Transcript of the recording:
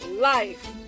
life